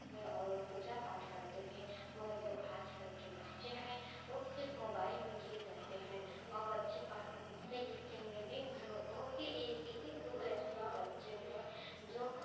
या और पूजा पाठ करते थे मगर जो आज कल के बच्चे हैं वे सिर्फ मोबाइल में लीन रहते हैं वे बच्चे पढ़ते लिखते नहीं हैं दिनभर में बहुत ही एक ही दो ऐसे बच्चे हैं जो